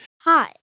hi